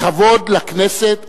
בכבוד לכנסת,